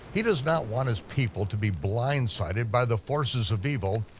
he does not want his people to be blindsided by the forces of evil,